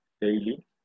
daily